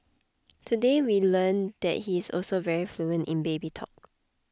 today we learned that he is also very fluent in baby talk